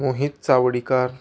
Mohit Chawdikar